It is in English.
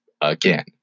Again